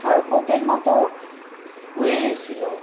শরবতের মতো হয়ে গিয়েছিলো